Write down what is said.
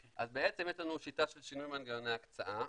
אז בעצם יש לנו שיטה של שינוי מנגנוני הקצאה.